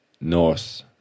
north